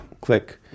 click